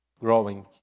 growing